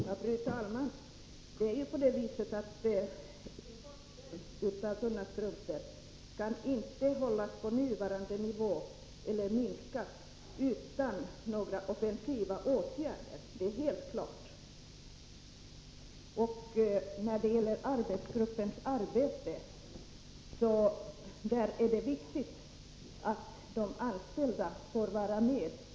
Fru talman! Det är helt klart att importen av tunna strumpor inte kan hållas på nuvarande nivå eller minskas utan några offensiva åtgärder. Vad beträffar arbetsgruppen är det viktigt att de anställda får vara med.